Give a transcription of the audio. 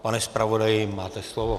Pane zpravodaji, máte slovo.